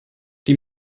die